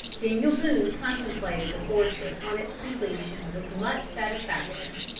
daniel boone contemplated the fortress on its completion with much satisfaction.